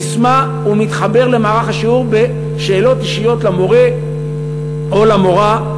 בססמה הוא מתחבר למערך השיעור בשאלות אישיות למורה או למורָה,